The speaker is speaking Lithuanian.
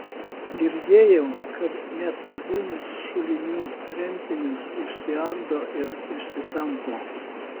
girdėjau kad net medinius šulinių rentinius išsiardo ir išsitampo